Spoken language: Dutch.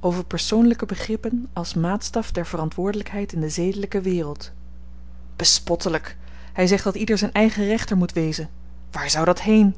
over persoonlyke begrippen als maatstaf der verantwoordelykheid in de zedelyke wereld bespottelyk hy zegt dat ieder zyn eigen rechter moet wezen waar zou dat heen